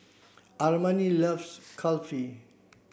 Armani loves Kulfi